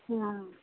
हँ